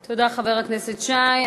תודה, חבר הכנסת שי.